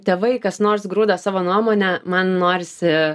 tėvai kas nors grūda savo nuomonę man norisi